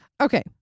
Okay